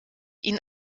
ihn